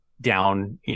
down